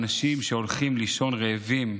שהולכים לישון רעבים,